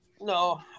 No